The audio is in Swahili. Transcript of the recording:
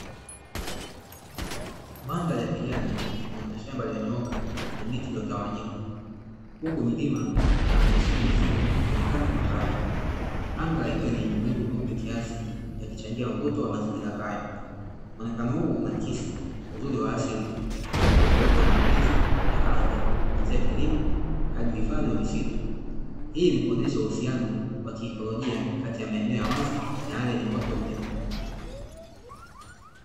Mandhari ya kijani yenye mashamba yalionyooka na miti iliyotawanyika, huku milima yenye misitu mizito ikionekana kwa mbali, anga ikiwa lenye mawingu meupe kiasi, yakichangia mvuto wa mazingira hayo. Mwonekano huu unaoakisi uzuri wa asili na utofauti wa ardhi, kuanzia kilimo hadi uhifadhi wa misitu . Hii huonyesha uhusiano wa kiikolojoa kati ya maeneo ya wazi na yale yenye uoto mnene.